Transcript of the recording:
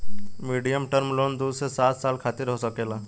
medium term loan दू से सात साल खातिर हो सकेला